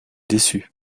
déçus